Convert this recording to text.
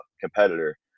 competitor